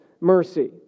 mercy